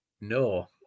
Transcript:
No